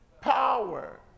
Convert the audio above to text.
power